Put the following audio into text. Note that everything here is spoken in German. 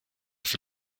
für